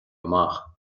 amach